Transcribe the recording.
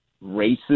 races